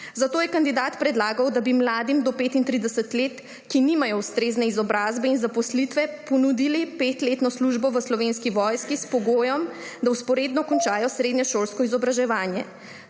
Zato je kandidat predlagal, da bi mladim do 35 let, ki nimajo ustrezne izobrazbe in zaposlitve, ponudili petletno službo v Slovenski vojski s pogojem, da vzporedno končajo srednješolsko izobraževanje.